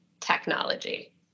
technology